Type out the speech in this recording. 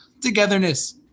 Togetherness